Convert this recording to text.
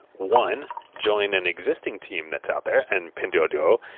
one, join an existing team that's out there and pinduoduo,